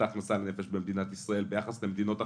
ההכנסה לנפש במדינת ישראל ביחס למדינות אחרות.